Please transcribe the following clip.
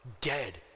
Dead